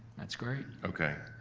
that's great. okay.